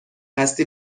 هستی